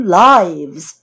lives